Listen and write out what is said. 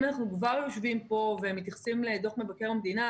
אם אנחנו כבר יושבים כאן ומתייחסים לדוח מבקר המדינה,